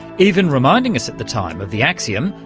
even reminding us at the time of the axiom,